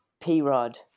P-Rod